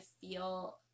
feel